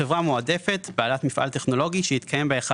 חברה מועדפת בעלת מפעל טכנולוגי שמתקיים בה אחד